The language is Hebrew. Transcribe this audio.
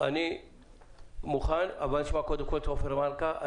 נשמע קודם על עופר מלכה.